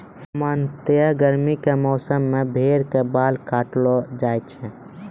सामान्यतया गर्मी के मौसम मॅ भेड़ के बाल काटलो जाय छै